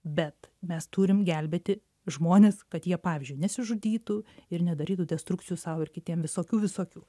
bet mes turim gelbėti žmones kad jie pavyzdžiui nesižudytų ir nedarytų destrukcijų sau ir kitiem visokių visokių